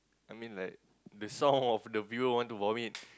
I mean like the sound of the people who want to vomit